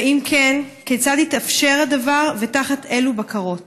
2. אם כן, כיצד התאפשר הדבר ותחת אילו בקרות?